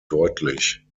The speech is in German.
deutlich